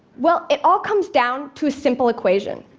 well, it all comes down to simple equation.